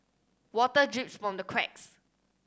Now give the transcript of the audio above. water drips from the cracks